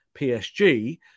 PSG